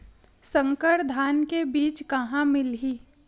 संकर धान के बीज कहां मिलही?